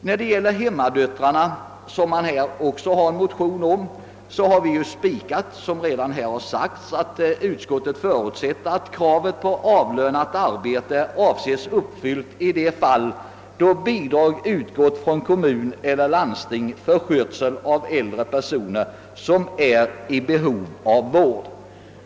När det gäller hemmadöttrarna, om vilka det också föreligger en motion, har som redan framhållits utskottet fastslagit, att det »förutsätter att kravet på avlönat arbete anses uppfyllt i de fall bidrag utgått från kommun eller landstingskommun för skötseln av äldre personer som är i behov av vård».